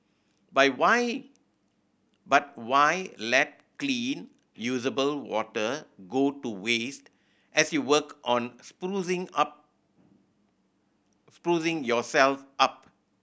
but why but why let clean usable water go to waste as you work on sprucing up sprucing yourself up